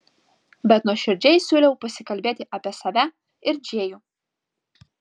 bet nuoširdžiai siūliau pasikalbėti apie save ir džėjų